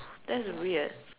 that's weird